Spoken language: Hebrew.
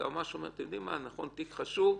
היועמ"ש אומר: נכון, זה תיק חשוב,